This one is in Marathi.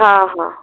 हां हां